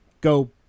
go